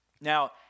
Now